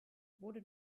wurde